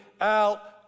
out